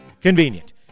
convenient